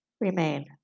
remain